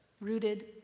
rooted